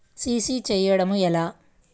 CC చేయడము ఎలా?